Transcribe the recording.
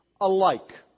alike